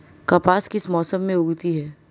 कपास किस मौसम में उगती है?